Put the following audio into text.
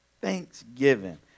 Thanksgiving